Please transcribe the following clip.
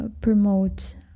promote